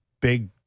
big